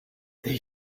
they